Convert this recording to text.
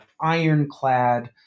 ironclad